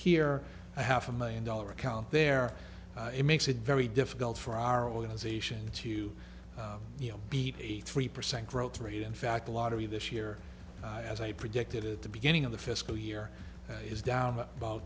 here half a million dollar account there it makes it very difficult for our organization to you know beat eighty three percent growth rate in fact the lottery this year as i predicted at the beginning of the fiscal year is down about